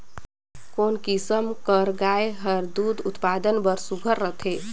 कोन किसम कर गाय हर दूध उत्पादन बर सुघ्घर रथे?